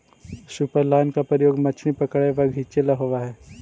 superline का प्रयोग मछली पकड़ने व खींचे ला होव हई